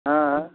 হ্যাঁ